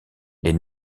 les